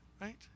right